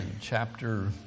chapter